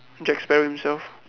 Jack Sparrow himself